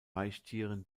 weichtieren